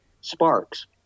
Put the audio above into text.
Sparks